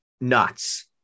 nuts